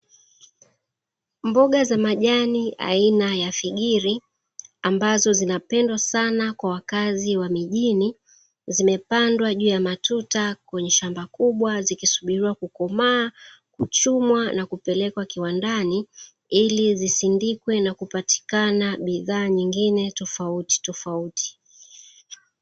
Mboga za majani aina ya figiri ambazo zina pendwa sana kwa wakazi wa mijini, Zimepandwa juu ya matuta kwenye shamba kubwa zikisubiliwa kukomaa kuchumwa na kupelekwa kiwandani ili zisindikwe na kupatikana bidhaa nyingine tofauti tofauti.